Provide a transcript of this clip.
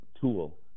tool